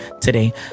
today